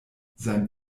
sein